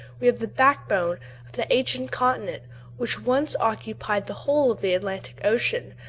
we have the backbone of the ancient continent which once occupied the whole of the atlantic ocean,